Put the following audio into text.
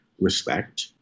respect